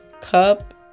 cup